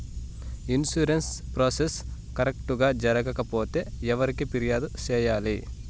insurance process correct గా జరగకపోతే ఎవరికి ఫిర్యాదు సేయాలి